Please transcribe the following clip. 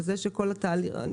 וכל התהליך.